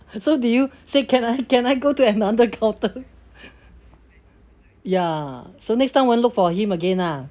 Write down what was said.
so do you say can I can I go to another counter ya so next time won't look for him again lah